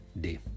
day